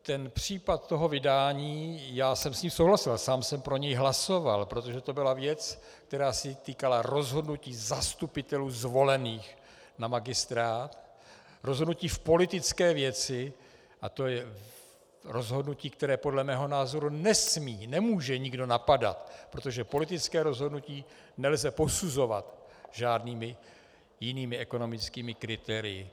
Ten případ toho vydání, já jsem s ním souhlasil, sám jsem pro něj hlasoval, protože to byla věc, která se týkala rozhodnutí zastupitelů zvolených na magistrát, rozhodnutí v politické věci, a to je rozhodnutí, které podle mého názoru nesmí, nemůže nikdo napadat, protože politické rozhodnutí nelze posuzovat žádnými jinými ekonomickými kritérii.